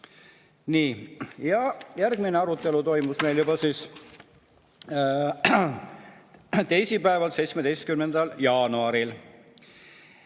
Kingo. Järgmine arutelu toimus meil juba teisipäeval, 17. jaanuaril.